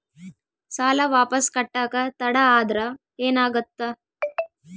ಸಾಲ ವಾಪಸ್ ಕಟ್ಟಕ ತಡ ಆದ್ರ ಏನಾಗುತ್ತ?